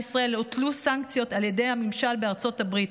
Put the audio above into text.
ישראל הוטלו סנקציות על ידי הממשל בארצות הברית,